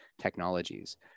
technologies